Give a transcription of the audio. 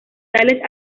tales